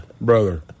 Brother